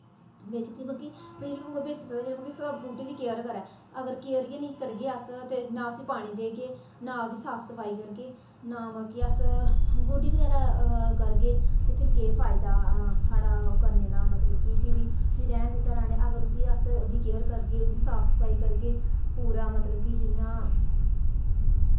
बेची मतलब कि भी उ'ऐ बेची सकदे जेह्ड़े मतलब कि बूह्टे दी केयर करै अगर केयर गै निं करगे अस ते ना उस्सी पानी देगे ना ओह्दी साफ सफाई करगे ना मतलब कि अस गोड्डी बगैरा करगे फिर केह् फायदा साढ़ा ओह् करने दा कि मतलब फ्हिरी रैह्न दित्ता अगर उस्सी अस ओह्दी केयर करगे ओह्दी साफ सफाई करगे पूरा मतलब कि जि'यां